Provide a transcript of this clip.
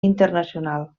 internacional